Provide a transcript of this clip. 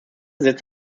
setzt